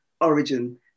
origin